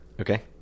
okay